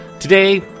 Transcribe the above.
Today